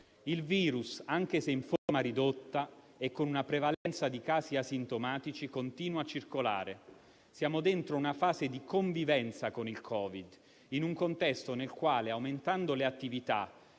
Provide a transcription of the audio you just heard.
il virus, anche se in forma ridotta e con una prevalenza di casi asintomatici, continua a circolare. Siamo dentro una fase di convivenza con il Covid, in un contesto nel quale, aumentando le attività